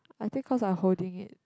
I think because I holding it